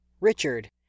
Richard